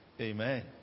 Amen